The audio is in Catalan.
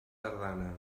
tardana